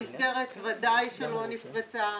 המסגרת ודאי שלא נפרצה,